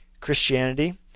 Christianity